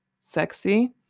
sexy